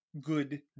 good